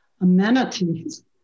amenities